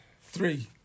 Three